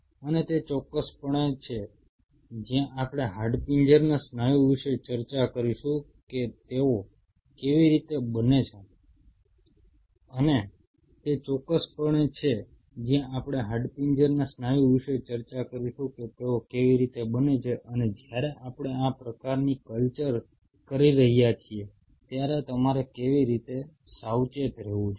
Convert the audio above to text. અને તે ચોક્કસપણે છે જ્યાં આપણે હાડપિંજરના સ્નાયુ વિશે ચર્ચા કરીશું કે તેઓ કેવી રીતે બને છે અને જ્યારે આપણે આ પ્રકારની કલ્ચર કરી રહ્યા છીએ ત્યારે તમારે કેવી રીતે સાવચેત રહેવું જોઈએ